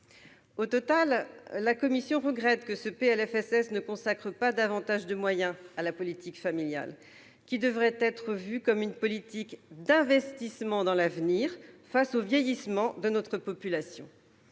Au total, la commission regrette que ce PLFSS ne consacre pas davantage de moyens à la politique familiale, qui devrait être vue comme une politique d'investissement dans l'avenir face au vieillissement de notre population.